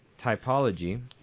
typology